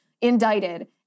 indicted